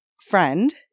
friend